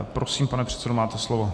Prosím, pane předsedo, máte slovo.